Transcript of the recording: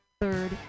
Third